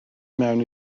mewn